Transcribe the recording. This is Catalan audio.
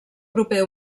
proper